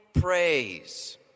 praise